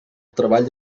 treball